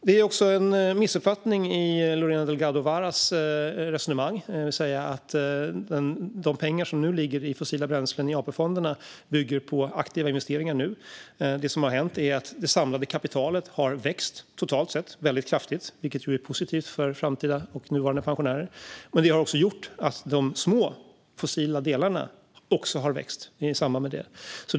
Det finns också en missuppfattning i Lorena Delgado Varas resonemang när hon säger att de pengar som nu ligger i fossila bränslen i AP-fonderna bygger på aktiva investeringar nu. Det som har hänt är att det samlade kapitalet har växt väldigt kraftigt, vilket ju är positivt för framtida och nuvarande pensionärer. Men det har gjort att de små fossila delarna också har växt i samband med detta.